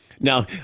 Now